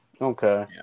Okay